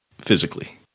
physically